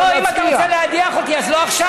לא, אם אתה רוצה להדיח אותי, אז לא עכשיו.